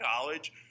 college